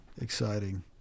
Exciting